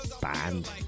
band